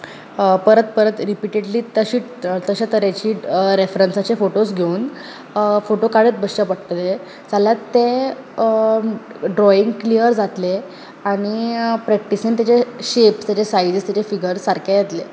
परत परत रिपिटेडली तशे तरेची रेफ्रंसाचे फोटोज घेवन फोटो काडट बसचे पडटलें जाल्यार तें ड्रॉइंग क्लियर जातलें आनी प्रॅक्टीसेन ताचे शेप्स ताचे सायझीज ताचे फिगर्स सारके येतलें